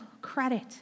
credit